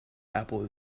apple